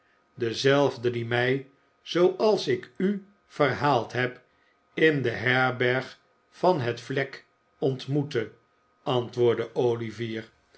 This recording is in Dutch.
dezelfde die mij zooals ik u verhaald heb in de herberg van het vlek ontmoette antwoordde olivier